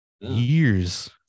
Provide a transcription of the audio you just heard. Years